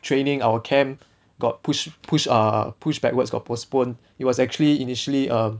training our camp got push push err push backwards got postpone it was actually initially err